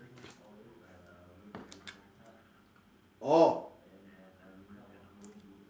orh